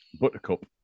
Buttercup